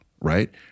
right